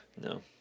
No